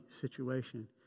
situation